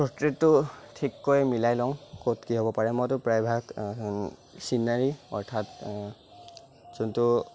পট্ৰেইটটো ঠিক কৈ মিলাই লওঁ ক'ত কি হ'ব পাৰে মইটো প্ৰায় ভাগ চিনাৰি অৰ্থাৎ যোনটো